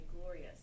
glorious